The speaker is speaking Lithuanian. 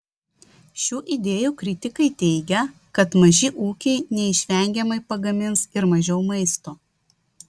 šių idėjų kritikai teigia kad maži ūkiai neišvengiamai pagamins ir mažiau maisto